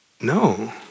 No